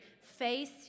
face